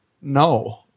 no